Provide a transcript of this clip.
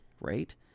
right